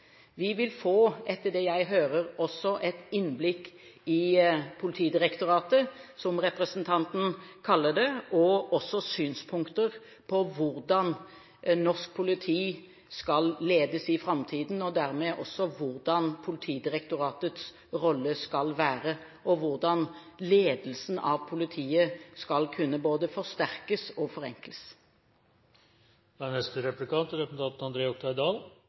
Vi vil, etter det jeg hører, også få et innblikk i Politidirektoratets rolle – som representanten kaller det – og synspunkter på hvordan norsk politi skal ledes i framtiden, dermed også hvordan Politidirektoratets rolle skal være, og hvordan ledelsen av politiet skal kunne både forsterkes og forenkles. Det viktigste med politianalysen er